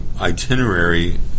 itinerary